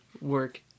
work